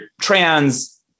trans